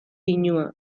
pinua